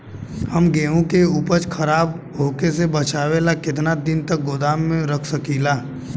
हम गेहूं के उपज खराब होखे से बचाव ला केतना दिन तक गोदाम रख सकी ला?